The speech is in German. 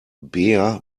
bea